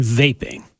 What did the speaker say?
vaping